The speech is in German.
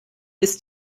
ist